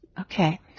Okay